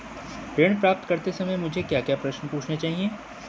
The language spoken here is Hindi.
ऋण प्राप्त करते समय मुझे क्या प्रश्न पूछने चाहिए?